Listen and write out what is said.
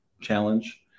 challenge